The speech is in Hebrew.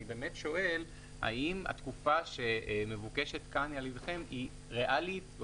אני באמת שואל האם התקופה שמבוקשת כאן על-ידכם היא ריאלית או